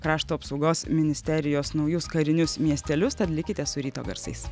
krašto apsaugos ministerijos naujus karinius miestelius tad likite su ryto garsais